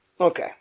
Okay